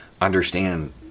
understand